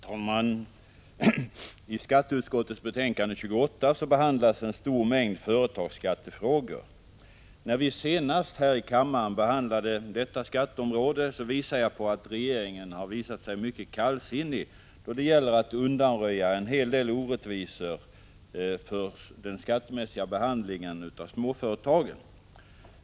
Herr talman! I skatteutskottets betänkande 28 behandlas en stor mängd företagsskattefrågor. När vi senast här i kammaren behandlade detta skatteområde påvisade jag att regeringen har visat sig mycket kallsinnig då det gäller att undanröja en hel del orättvisor vid den skattemässiga behandlingen av småföretagen.